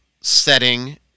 setting